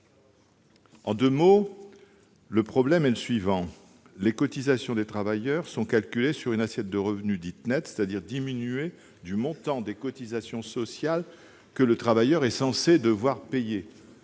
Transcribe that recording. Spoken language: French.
En deux mots, le problème est le suivant : les cotisations sociales des travailleurs indépendants sont calculées sur une assiette de revenus dite nette, c'est-à-dire diminuée du montant des cotisations sociales que le travailleur est censé devoir payer.